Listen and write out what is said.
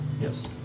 Yes